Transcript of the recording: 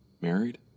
Married